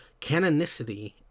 canonicity